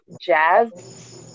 jazz